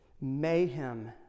mayhem